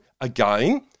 again